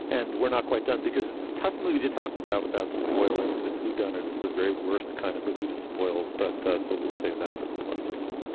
and we're not quite done because this is a tough movie to talk about without spoiling. it's a whodunit. it's the very worst kind of movie to spoil. but so we'll save that for the plus segment